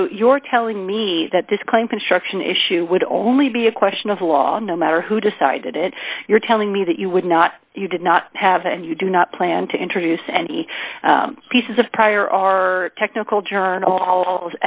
so your telling me that this claim construction issue would only be a question of the law no matter who decided it you're telling me that you would not you did not have and you do not plan to introduce any pieces of prior are technical